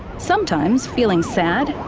sometimes feeling sad,